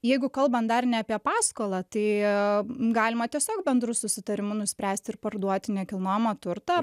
jeigu kalbant dar ne apie paskolą tai galima tiesiog bendru susitarimu nuspręsti ir parduoti nekilnojamą turtą